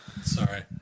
Sorry